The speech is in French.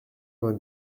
vingt